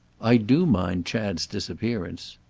i do mind chad's disappearance.